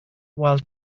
while